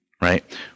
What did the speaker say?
Right